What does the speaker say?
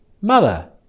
mother